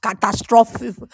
catastrophic